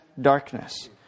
darkness